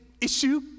issue